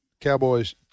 Cowboys